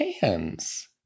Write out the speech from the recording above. hands